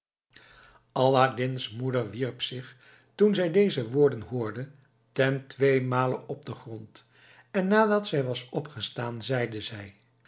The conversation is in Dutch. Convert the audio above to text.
aladdin's moeder wierp zich toen zij deze woorden hoorde ten tweeden male op den grond en nadat zij was opgestaan zeide zij